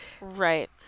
Right